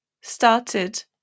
started